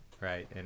right